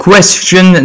Question